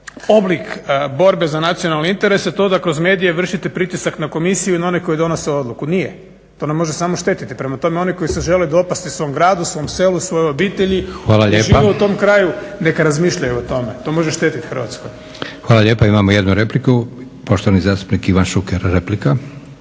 oblik borbe za nacionalne interese to da kroz medije vršite pritisak na komisiju ili na one koji donose odluku? Nije. To nam može samo štetiti. Prema tome, oni koji se žele dopasti svom gradu, svojem selu, svojoj obitelji i žive u tom kraju neka razmišljaju o tome, to može štetiti Hrvatskoj. **Leko, Josip (SDP)** Hvala lijepa. Imamo jednu repliku, poštovani zastupnik Ivan Šuker, replika.